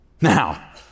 Now